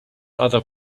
other